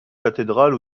cathédrale